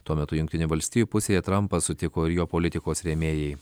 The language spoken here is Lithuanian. tuo metu jungtinių valstijų pusėje trampą sutiko ir jo politikos rėmėjai